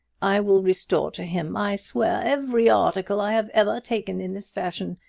i will restore to him, i swear, every article i have ever taken in this fashion.